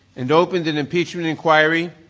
and opened an impeachment inquiry,